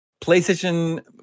PlayStation